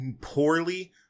poorly